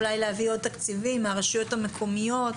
אולי להביא עוד תקציבים מהרשויות המקומיות.